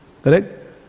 Correct